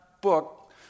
book